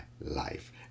life